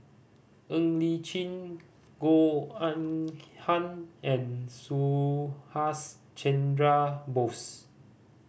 Ng Li Chin Goh Eng Han and Subhas Chandra Bose